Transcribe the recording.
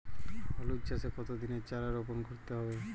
হলুদ চাষে কত দিনের চারা রোপন করতে হবে?